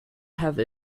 have